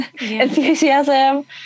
enthusiasm